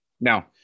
Now